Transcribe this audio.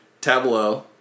Tableau